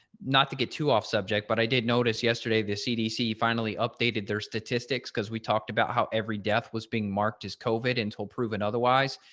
not to get too off subject, but i did notice yesterday, the cdc finally updated their statistics, because we talked about how every death was being marked as covid until proven otherwise.